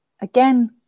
again